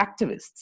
activists